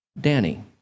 Danny